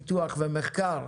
פיתוח ומחקר,